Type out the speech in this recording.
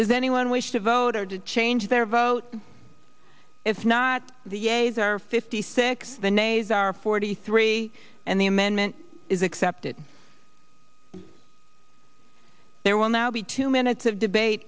does anyone wish to vote or to change their vote it's not the a s r fifty six the nays are forty three and the amendment is accepted there will now be two minutes of debate